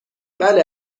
بله